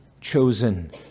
chosen